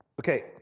okay